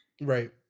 right